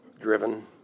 driven